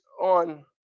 on